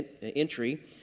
entry